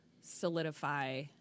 solidify